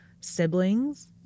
siblings